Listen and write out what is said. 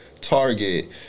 Target